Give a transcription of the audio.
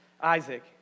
Isaac